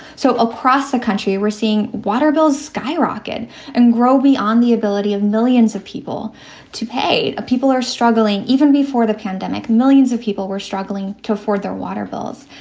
so across the country, we're seeing water bills skyrocket and grow v on the ability of millions of people to pay. people are struggling even before the pandemic. millions of people were struggling to afford their water bills.